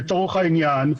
לצורך העניין,